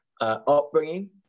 upbringing